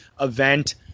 event